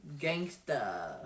Gangsta